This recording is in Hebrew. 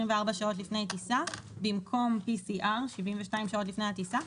שעות לפני טיסה במקום PCR 72 שעות לפני הטיסה.